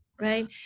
right